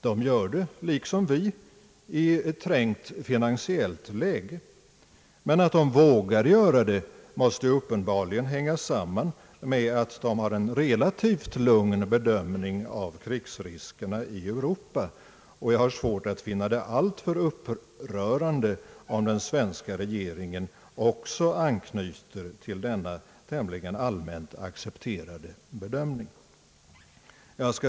De gör det liksom vi i ett trängt finansiellt läge, men att de vågar göra det måste uppenbarligen hänga samman med att de har en relativt lugn bedömning av krigsriskerna i Europa. Jag har svårt att finna det alltför upprörande om den svenska regeringen också anknyter till denna tämligen allmänt accepterade bedömning.